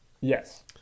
yes